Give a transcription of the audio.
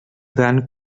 dant